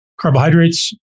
Carbohydrates